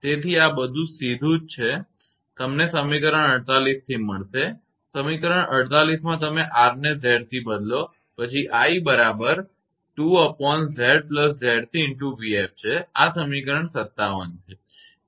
તેથી આ બધું સીધું જ તમને સમીકરણ 48 થી મળશે સમીકરણ 48 માં તમે R ને Z થી બદલો પછી i બરાબર 𝑖 2𝑍𝑍𝑐𝑣𝑓 છે આ સમીકરણ 57 છે